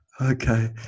Okay